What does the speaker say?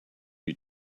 you